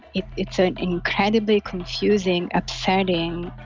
it's an incredibly confusing, upsetting,